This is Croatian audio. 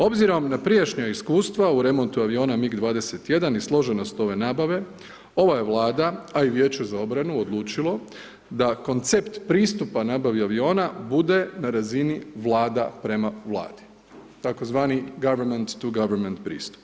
Obzirom na prijašnja iskustva u remontu aviona MIG 21 i složenost ove nabave ova je Vlada, a i Vijeće za obranu odlučilo da koncept pristupa nabave aviona bude na razinu vlada prema vladi tzv. Government to Government pristup.